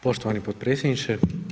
Poštovani potpredsjedniče.